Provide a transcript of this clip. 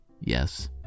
yes